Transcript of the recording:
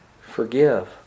Forgive